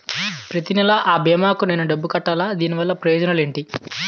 ప్రతినెల అ భీమా కి నేను డబ్బు కట్టాలా? దీనివల్ల ప్రయోజనాలు ఎంటి?